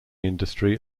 industry